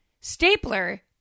Stapler